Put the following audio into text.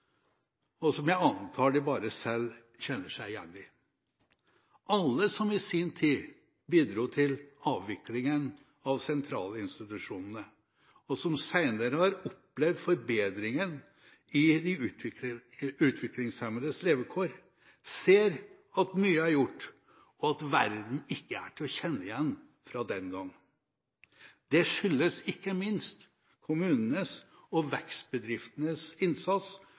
og som jeg antar bare de selv kjenner seg igjen i. Alle som i sin tid bidro til avviklingen av sentralinstitusjonene, og som senere har opplevd forbedringen i de utviklingshemmedes levekår, ser at mye er gjort, og at verden ikke er til å kjenne igjen fra den gang. Det skyldes ikke minst kommunenes og vekstbedriftenes innsats